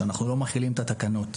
שאנחנו לא מחילים את התקנות.